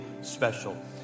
special